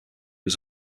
was